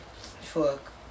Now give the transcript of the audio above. Fuck